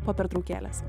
po pertraukėlės